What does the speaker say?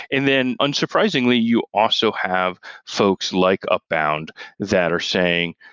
and then, unsurprisingly, you also have folks like upbound that are saying,